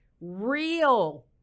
real